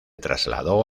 trasladó